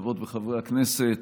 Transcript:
חברות וחברי הכנסת,